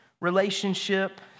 relationship